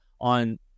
on